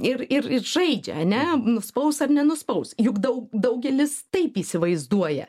ir ir ir žaidžia ane nuspaus ar nenuspaus juk daug daugelis taip įsivaizduoja